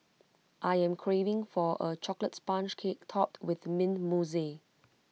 I am craving for A Chocolate Sponge Cake Topped with Mint Mousse